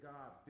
God